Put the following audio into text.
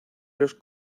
los